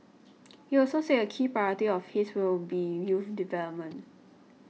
he also said a key priority of his will be youth development